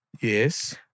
Yes